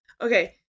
Okay